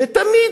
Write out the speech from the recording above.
ותמיד,